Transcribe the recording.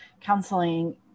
counseling